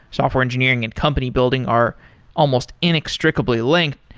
software engineering and company building are almost inextricably linked,